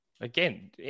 Again